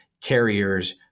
carriers